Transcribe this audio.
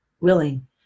willing